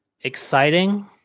Exciting